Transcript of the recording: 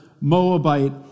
Moabite